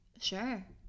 Sure